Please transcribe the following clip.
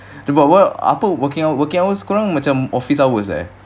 apa worki~ working hours kau orang macam office hours eh